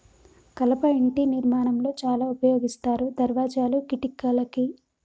కలప ఇంటి నిర్మాణం లో చాల ఉపయోగిస్తారు దర్వాజాలు, కిటికలకి